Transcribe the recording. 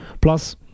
plus